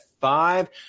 five